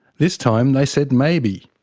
this time they said maybe.